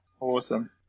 Awesome